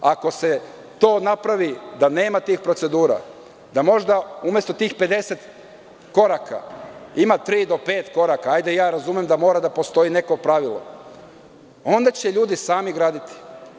Ako se napravi da nema tih silnih procedura, da umesto tih 50 koraka ima tri do pet koraka, ja razumem da mora da postoji neko pravilo, onda će ljudi sami graditi.